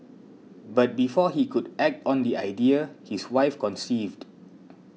but before he could act on the idea his wife conceived